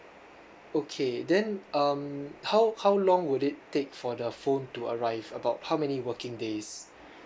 okay then um how how long would it take for the phone to arrive about how many working days